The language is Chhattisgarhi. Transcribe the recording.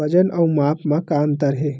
वजन अउ माप म का अंतर हे?